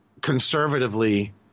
Conservatively